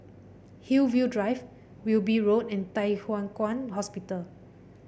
Hillview Drive Wilby Road and Thye Hua Kwan Hospital